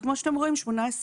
וכמו שאתם רואים 18%,